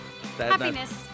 Happiness